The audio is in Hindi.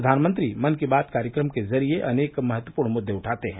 प्रधानमंत्री मन की बात कार्यक्रम के जरिए अनेक महत्वपूर्ण मुद्दे उठाते हैं